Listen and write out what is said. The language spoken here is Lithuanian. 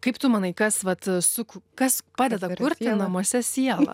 kaip tu manai kas vat su kas padeda kurti namuose sielą